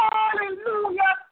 Hallelujah